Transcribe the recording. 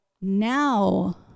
now